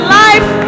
life